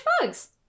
bugs